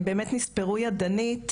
הם באמת נספרו ידנית,